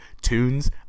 Tunes